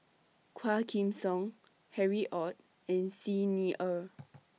Quah Kim Song Harry ORD and Xi Ni Er